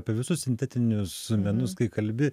apie visus sintetinius menus kai kalbi